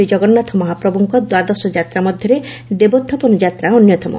ଶ୍ରୀକଗନ୍ନାଥ ମହାପ୍ରଭୁଙ ଦ୍ୱାଦଶଯାତ୍ରା ମଧ୍ଘରେ ଦେବୋହ୍ରାପନ ଯାତ୍ରା ଅନ୍ୟତମ